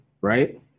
right